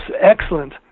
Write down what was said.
excellent